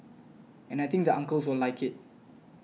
and I think the uncles will like it